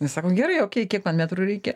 jinai sako gerai o kiek kiek man metrų reikia